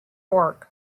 work